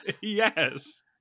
Yes